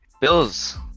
Bills